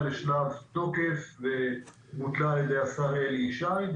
לשלב התוקף ובוטלה על-ידי השר אלי ישי.